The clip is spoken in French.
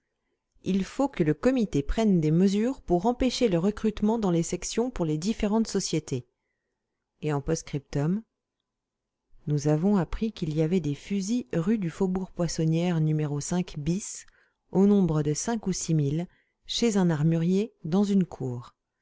il faut que le comité prenne des mesures pour empêcher le recrutement dans les sections pour les différentes sociétés et en post-scriptum nous avons appris qu'il y avait des fusils rue du faubourg poissonnière no au nombre de cinq ou six mille chez un armurier dans une cour